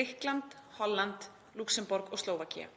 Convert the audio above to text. Grikkland, Holland, Lúxemborg og Slóvakía.